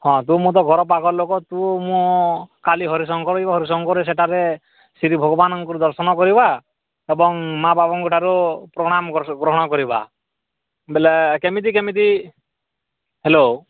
ହଁ ତୁ ମୁଁ ତୋ ଘର ପାଖ ଲୋକ ତୁ ମୁଁ କାଲି ହରିଶଙ୍କର ହରିଶଙ୍କରରୁ ସେଠାରେ ଶ୍ରୀ ଭଗବାନଙ୍କର ଦର୍ଶନ କରିବା ଏବଂ ମା' ବାବାଙ୍କ ଠାରୁ ପ୍ରଣାମ ଗରି ଗ୍ରହଣ କରିବା ବେଲେ କେମିତି କେମିତି ହ୍ୟାଲୋ